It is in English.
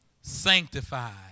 sanctified